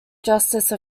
justice